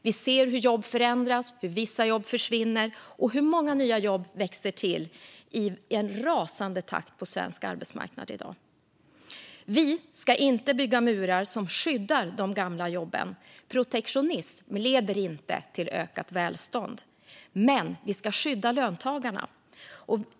Vi ser hur jobb förändras, hur vissa jobb försvinner och hur många nya jobb växer till i rasande takt på svensk arbetsmarknad i dag. Vi ska inte bygga murar som skyddar de gamla jobben - protektionism leder inte till ökat välstånd - men vi ska skydda löntagarna.